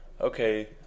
okay